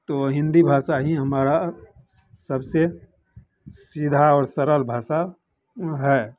तो हिन्दी भाषा ही हमारा सबसे सीधा और सरल भाषा है